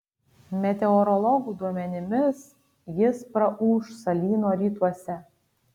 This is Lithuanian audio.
meteorologų duomenimis jis praūš salyno rytuose